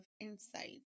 insight